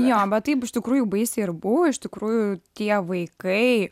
jo bet taip iš tikrųjų baisiai ir buvo iš tikrųjų tie vaikai